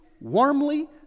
warmly